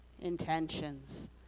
intentions